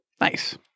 Nice